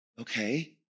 okay